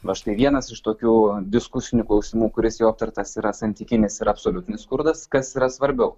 va štai vienas iš tokių diskusinių klausimų kuris jau aptartas yra santykinis ir absoliutinis skurdas kas yra svarbiau